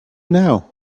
now